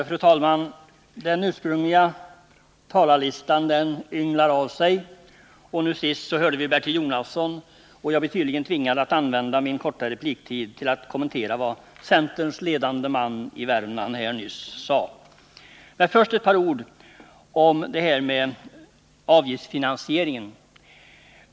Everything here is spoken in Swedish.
Fru talman! Den ursprungliga talarlistan ynglar av sig. Senast hörde vi nu Bertil Jonasson, och jag blir tydligen tvingad att använda min korta repliktid till att kommentera vad centerns ledande man i Värmland nyss sade. Men först några ord om detta med avgiftsfinansieringen.